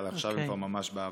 אבל עכשיו הם כבר ממש בעבר.